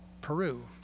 Peru